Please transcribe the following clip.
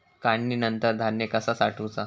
काढणीनंतर धान्य कसा साठवुचा?